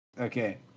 Okay